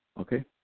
Okay